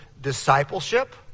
discipleship